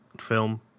film